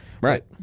Right